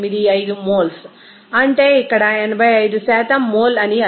85 moles అంటే ఇక్కడ 85 mole అని అర్థం